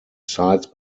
sides